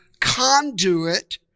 conduit